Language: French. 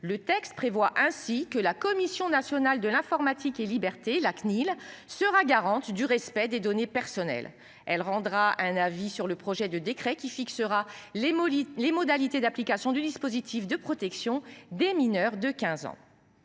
Le texte prévoit ainsi que la Commission nationale de l'informatique et liberté, la CNIL sera garante du respect des données personnelles, elle rendra un avis sur le projet de décret qui fixera les mots, les modalités d'application du dispositif de protection des mineurs de 15 ans.